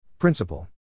Principle